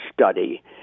study